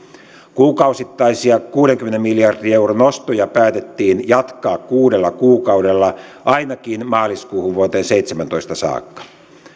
kuukausittaisia kuudenkymmenen miljardin euron ostoja päätettiin jatkaa kuudella kuukaudella ainakin maaliskuuhun vuoteen seitsemäntoista saakka